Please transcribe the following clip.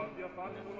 your father?